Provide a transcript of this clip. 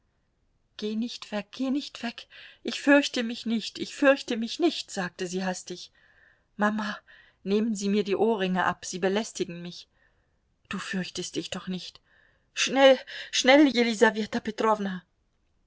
geh nicht weg geh nicht weg ich fürchte mich nicht ich fürchte mich nicht sagte sie hastig mama nehmen sie mir die ohrringe ab sie belästigen mich du fürchtest dich doch nicht schnell schnell jelisaweta